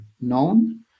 known